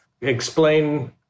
explain